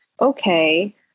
okay